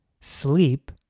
sleep